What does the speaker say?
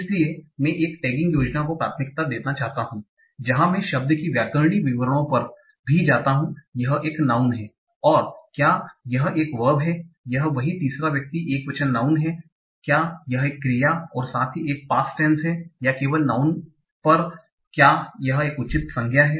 इसलिए मैं एक टैगिंग योजना को प्राथमिकता देना चाहता हूं जहां मैं शब्द की व्याकरणिक विवरणों पर भी जाता हूं यह एक नाउँन है और क्या यह एक वर्ब है यह वही तीसरा व्यक्ति एकवचन नाउँन है क्या यह एक क्रिया और साथ ही एक पास्ट टैन्स है और या केवल नाउँन क्या यह एक उचित संज्ञा है